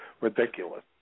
ridiculous